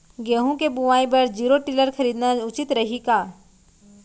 गेहूँ के बुवाई बर जीरो टिलर खरीदना उचित रही का?